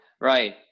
right